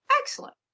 excellent